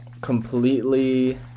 completely